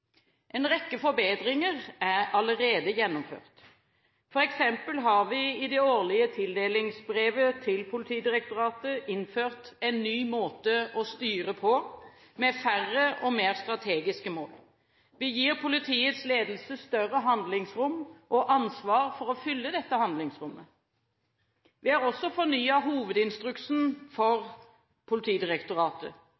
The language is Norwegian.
En rekke forbedringer er allerede gjennomført. For eksempel har vi i det årlige tildelingsbrevet til Politidirektoratet innført en ny måte å styre på, med færre og mer strategiske mål. Vi gir politiets ledelse større handlingsrom og ansvar for å fylle dette handlingsrommet. Vi har også fornyet hovedinstruksen